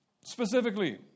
Specifically